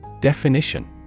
Definition